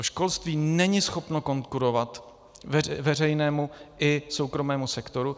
Školství není schopno konkurovat veřejnému i soukromému sektoru.